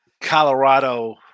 Colorado